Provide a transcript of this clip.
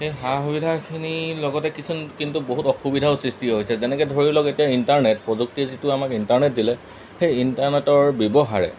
সেই সা সুবিধাখিনিৰ লগতে কিছুমান কিন্তু বহুত অসুবিধাও সৃষ্টি হৈছে যেনেকৈ ধৰি লওক এতিয়া ইণ্টাৰনেট প্ৰযুক্তিয়ে যিটো আমাক ইণ্টাৰনেট দিলে সেই ইণ্টাৰনেটৰ ব্যৱহাৰে